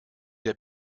der